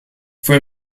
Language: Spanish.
fue